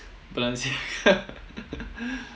balenciaga